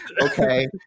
Okay